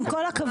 עם כל הכבוד,